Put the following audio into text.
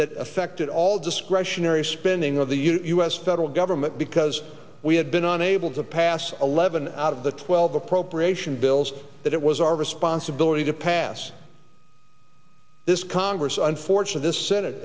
that affected all discretionary spending of the u s federal government because we had been unable to pass eleven out of the twelve appropriation bills that it was our responsibility to pass this congress unfortunate the se